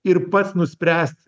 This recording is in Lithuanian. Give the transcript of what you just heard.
ir pats nuspręst